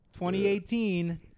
2018